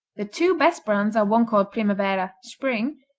the two best brands are one called primavera, spring,